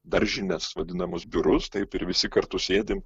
daržines vadinamus biurus taip ir visi kartu sėdim